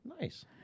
Nice